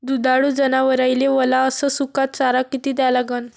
दुधाळू जनावराइले वला अस सुका चारा किती द्या लागन?